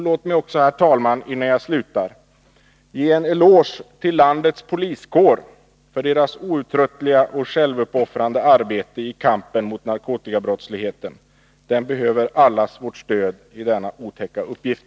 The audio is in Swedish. Låt mig också, herr talman, innan jag slutar ge en eloge till landets poliskår för dess outtröttliga och självuppoffrande arbete i kampen mot narkotikabrottsligheten. Den behöver allas vårt stöd i denna otäcka uppgift.